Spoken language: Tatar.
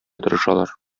тырышалар